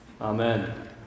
Amen